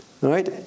Right